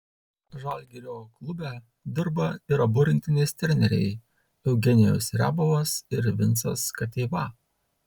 žalgirio klube dirba ir abu rinktinės treneriai eugenijus riabovas ir vincas kateiva